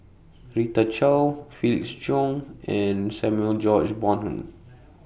Rita Chao Felix Cheong and Samuel George Bonham